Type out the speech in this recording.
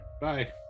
Bye